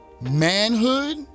manhood